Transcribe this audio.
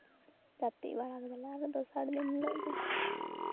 ᱡᱟᱹᱯᱤᱫ ᱵᱟᱲᱟ ᱠᱮᱫᱟᱞᱮ ᱟᱨᱚ ᱫᱚᱥᱟᱨ ᱫᱤᱱ ᱦᱤᱞᱳᱜ ᱫᱚ